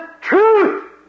truth